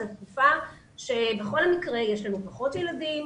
זאת תקופה שבכל שמקרה יש לנו פחות ילדים,